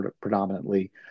predominantly